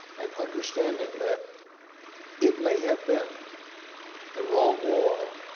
and understanding that it may have been the wrong war,